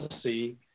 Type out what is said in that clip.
see